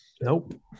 Nope